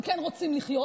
הם כן רוצים לחיות,